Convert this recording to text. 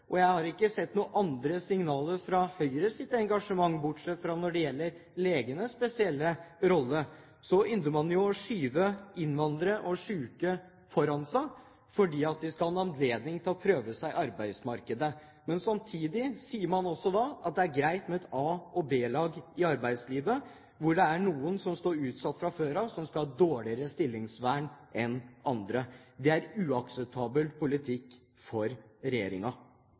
ikke sett noen signaler av Høyres engasjement, bortsett fra når det gjelder legenes spesielle rolle – så ynder man å skyve innvandrere og syke foran seg fordi de skal ha anledning til å prøve seg i arbeidsmarkedet. Samtidig sier man at det er greit med et A- og et B-lag i arbeidslivet, hvor det er noen som står utsatt fra før av, som skal ha dårligere stillingsvern enn andre. Det er uakseptabel politikk for